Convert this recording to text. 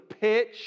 pitch